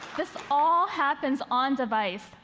this all happens on-device,